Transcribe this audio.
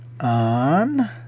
on